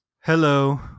Hello